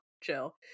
chill